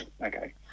Okay